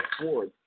forward